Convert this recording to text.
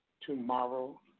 Tomorrow